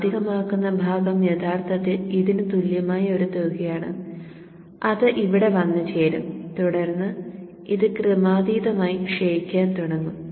കാന്തികമാക്കുന്ന ഭാഗം യഥാർത്ഥത്തിൽ ഇതിന് തുല്യമായ ഒരു തുകയാണ് അത് ഇവിടെ വന്നു ചേരും തുടർന്ന് ഇത് ക്രമാതീതമായി ക്ഷയിക്കാൻ തുടങ്ങും